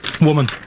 Woman